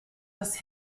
das